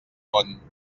font